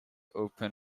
open